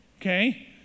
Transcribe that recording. okay